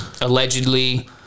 Allegedly